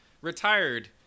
retired